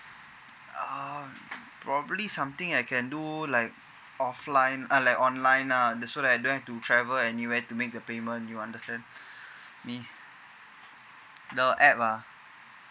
uh probably something I can do like offline uh like online ah so that I don't have to travel anywhere to make the payment you understand me the app ah